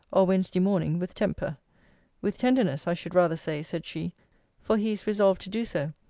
or wednesday morning, with temper with tenderness, i should rather say, said she for he is resolved to do so,